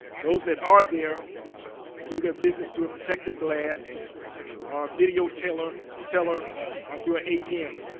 those that are there do their business through a protective glass or video teller teller or through a atm,